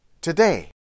today